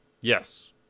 Yes